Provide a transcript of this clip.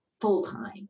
full-time